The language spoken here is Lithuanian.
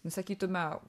nu sakytume